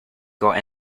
got